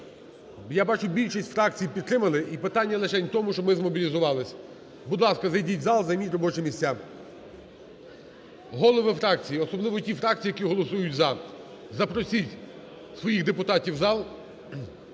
я бачу, більшість фракцій підтримали, і питання лишень в тому, щоб ми змобілізувались. Будь ласка, зайдіть в зал, займіть робочі місця. Голови фракцій, особливо ті фракції, які голосують "за", запросіть своїх депутатів в зал